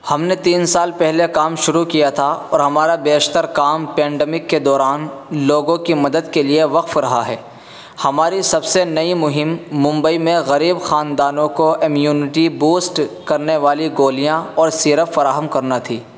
ہم نے سال پہلے کام شروع کیا تھا اور ہمارا بیشتر کام پینڈیمک کے دوران لوگوں کی مدد کے لئے وقف رہا ہے ہماری سب سے نئی مہم ممبئی میں غریب خاندانوں کو امیونٹی بوسٹ کرنے والی گولیاں اور سیرپ فراہم کرنا تھی